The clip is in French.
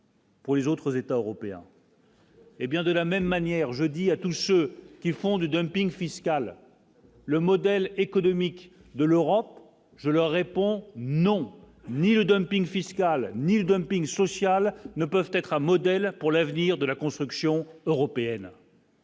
Pour les autres États européens. Eh bien, de la même manière, jeudi à tous ceux qui font du dumping fiscal. Le modèle économique de l'Europe, je leur réponds non, ni le dumping fiscal, ni le dumping social ne peuvent être un modèle pour l'avenir de la construction européenne.